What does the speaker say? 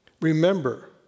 Remember